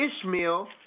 Ishmael